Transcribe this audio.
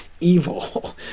evil